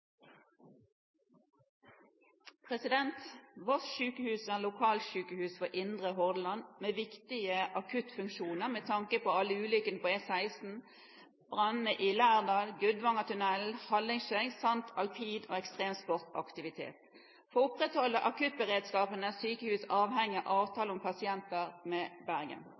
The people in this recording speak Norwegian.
for Indre Hordaland med viktig akuttberedskapsfunksjon, med tanke på alle ulykkene på E16, brannene i Lærdal, Gudvangatunnelen, Hallingskeid samt alpin- og ekstremsportaktivitet. For å opprettholde akuttberedskap er sykehuset avhengig av avtale om pasienter fra Bergen.